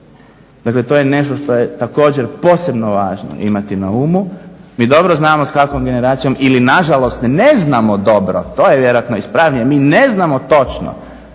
Dakle to je nešto što je također posebno važno imati na umu. Mi dobro znamo s kakvom generacijom ili nažalost ne znamo dobro, to je vjerojatno ispravnije, mi ne znamo točno